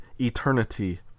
eternity